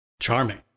Charming